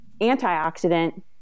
antioxidant